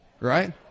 right